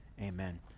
Amen